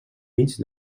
mig